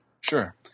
Sure